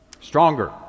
Stronger